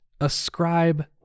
ascribe